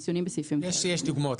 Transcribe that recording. יש דוגמאות.